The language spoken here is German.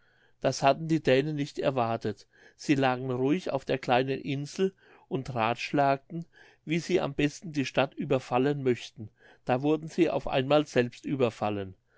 das hatten die dänen nicht erwartet sie lagen ruhig auf der kleinen insel und rathschlagten wie sie am besten die stadt überfallen möchten da wurden sie auf einmal selbst überfallen